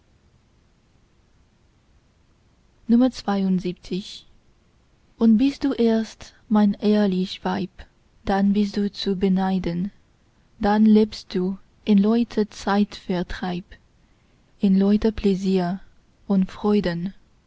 und bist du erst mein ehlich weib dann bist du zu beneiden dann lebst du in lauter zeitvertreib in lauter pläsier und freuden